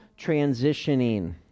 transitioning